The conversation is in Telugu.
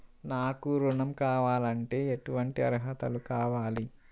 నాకు ఋణం కావాలంటే ఏటువంటి అర్హతలు కావాలి?